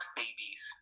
babies